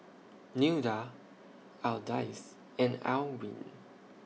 Nilda Ardyce and Alwine